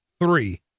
three